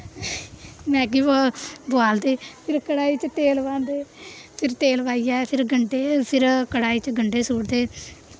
Maggi व बोआलदे फिर कड़ाही च तेल पांदे फिर तेल पाइयै फिर गंढे फिर कड़ाईही च गंढे सु'टदे